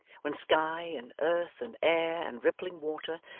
when sky, and earth, and air, and rippling water,